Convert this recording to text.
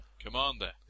Commander